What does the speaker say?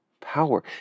power